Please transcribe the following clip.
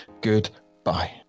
Goodbye